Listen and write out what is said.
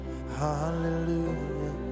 Hallelujah